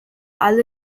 alle